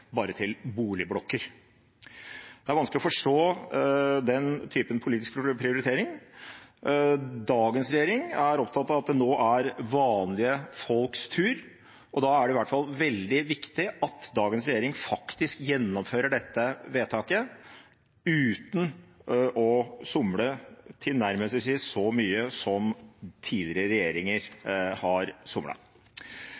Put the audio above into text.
bare til boligblokker. Det er vanskelig å forstå den typen politisk prioritering. Dagens regjering er opptatt av at det nå er vanlige folks tur, og da er det i hvert fall veldig viktig at dagens regjering faktisk gjennomfører dette vedtaket uten å somle tilnærmelsesvis så mye som tidligere regjeringer